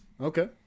Okay